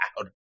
out